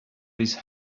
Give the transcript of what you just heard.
these